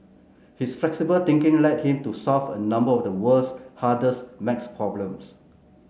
his flexible thinking led him to solve a number of the world's hardest maths problems